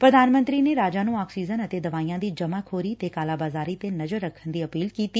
ਪੁਧਾਨ ਮੰਤਰੀ ਨੇ ਰਾਜਾਂ ਨੂੰ ਆਕਸੀਜਨ ਅਤੇ ਦਵਾਈਆਂ ਦੀ ਜਮਾਂਬੋਰੀ ਤੇ ਕਾਲਾਬਾਜ਼ਾਰੀ ਦੀ ਜਾਂਚ ਕਰਨ ਦੀ ਅਪੀਲ ਕੀਤੀ